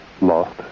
lost